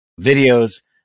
videos